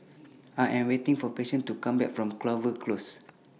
I Am waiting For Patience to Come Back from Clover Close